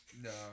No